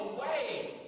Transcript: away